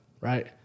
right